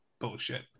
bullshit